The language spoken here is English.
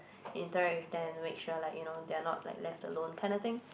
interact with them make sure like you know they are not left alone that kind of thing